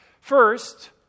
First